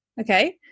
Okay